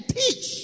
teach